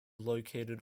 located